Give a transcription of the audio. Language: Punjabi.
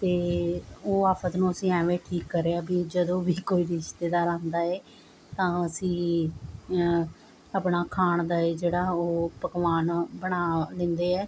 ਅਤੇ ਉਹ ਆਫਤ ਨੂੰ ਅਸੀਂ ਐਵੇਂ ਠੀਕ ਕਰਿਆ ਵੀ ਜਦੋਂ ਵੀ ਕੋਈ ਰਿਸ਼ਤੇਦਾਰ ਆਉਂਦਾ ਏ ਤਾਂ ਅਸੀਂ ਆਪਣਾ ਖਾਣ ਦਾ ਏ ਜਿਹੜਾ ਉਹ ਪਕਵਾਨ ਬਣਾ ਦਿੰਦੇ ਹੈ